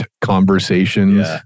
conversations